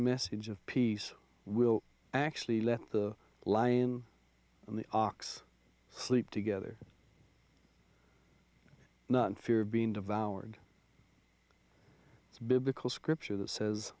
message of peace will actually let the lion and the ox sleep together not in fear of being devoured it's biblical scripture that says